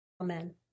Amen